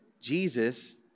Jesus